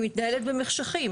היא מתנהלת במחשכים.